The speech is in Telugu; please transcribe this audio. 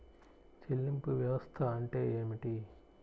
చెల్లింపు వ్యవస్థ అంటే ఏమిటి?